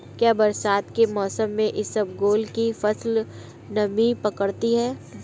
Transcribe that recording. क्या बरसात के मौसम में इसबगोल की फसल नमी पकड़ती है?